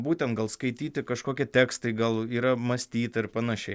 būtent gal skaityti kažkokie tekstai gal yra mąstyta ir panašiai